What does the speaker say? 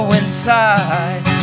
inside